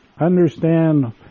understand